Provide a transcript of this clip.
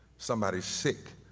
somebody's sick.